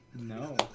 No